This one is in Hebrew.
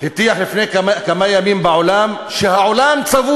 הטיח לפני כמה ימים בעולם שהוא צבוע.